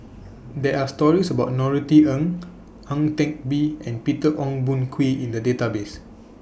There Are stories about Norothy Ng Ang Teck Bee and Peter Ong Boon Kwee in The Database